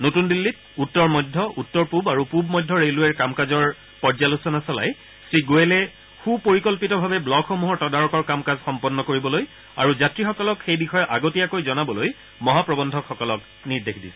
নতুন দিল্লীত উত্তৰ মধ্য উত্তৰ পূব আৰু পূব মধ্য ৰেলৱেৰ কাম কাজৰ পৰ্যালোচনা চলাই শ্ৰীগোৱেলে সূপৰিকল্পতিভাৱে ব্লকসমূহৰ তদাৰকৰ কাম কাজ সম্পন্ন কৰিবলৈ আৰু যাত্ৰীসকলক সেই বিষয়ে আগতীয়াকৈ জনাবলৈ মহাপ্ৰৱন্ধকসকলক নিৰ্দেশ দিছে